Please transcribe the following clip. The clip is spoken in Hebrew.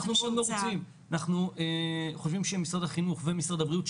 אנחנו חושבים שמשרד החינוך ומשרד הבריאות,